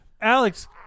Alex